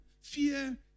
Fear